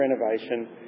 renovation